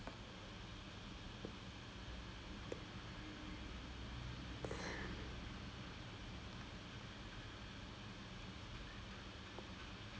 I mean I don't know I mean in even if people go for money right I doubt I mean think about it most people don't stick in one company for a reason right